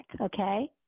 okay